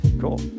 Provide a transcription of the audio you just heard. Cool